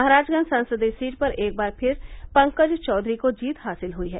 महराजगंज संसदीय सीट पर एक बार फिर पंकज चौधरी को जीत हासिल हुई है